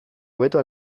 hobeto